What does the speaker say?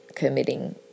committing